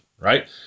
right